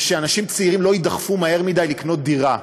ושאנשים צעירים לא יידחפו מהר מדי לקנות דירה.